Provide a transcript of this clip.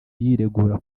yiregura